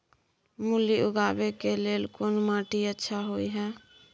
मूली उगाबै के लेल कोन माटी अच्छा होय है?